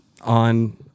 on